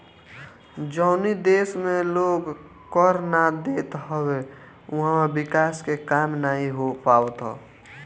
जवनी देस में लोग कर ना देत हवे उहवा विकास के काम नाइ हो पावत हअ